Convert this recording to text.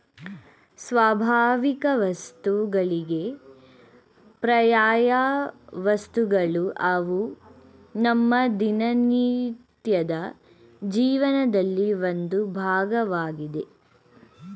ಸ್ವಾಭಾವಿಕವಸ್ತುಗಳಿಗೆ ಪರ್ಯಾಯವಸ್ತುಗಳು ಅವು ನಮ್ಮ ದಿನನಿತ್ಯದ ಜೀವನದಲ್ಲಿ ಒಂದು ಭಾಗವಾಗಿದೆ